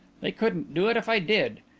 they couldn't do it if i did.